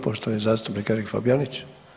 Poštovani zastupnik Erik Fabijanić.